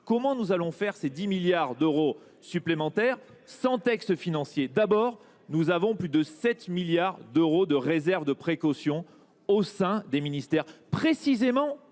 Comment réaliser ces 10 milliards d’euros supplémentaires sans autre texte financier ? D’abord, nous détenons plus de 7 milliards d’euros de réserve de précaution au sein des ministères, précisément